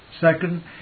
Second